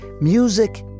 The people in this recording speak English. Music